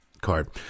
card